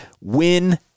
win